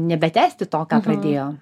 nebetęsti to ką pradėjo